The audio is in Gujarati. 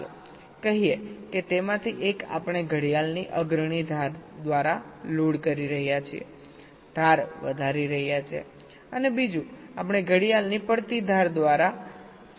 ચાલો કહીએ કે તેમાંથી એક આપણે ઘડિયાળની અગ્રણી ધાર દ્વારા લોડ કરી રહ્યા છીએ ધાર વધારી રહ્યા છીએ અને બીજું આપણે ઘડિયાળની પડતી ધાર દ્વારા સક્રિય કરી રહ્યા છીએ